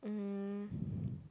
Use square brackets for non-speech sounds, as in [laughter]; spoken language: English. um [breath]